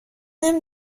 نمی